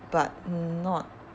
but not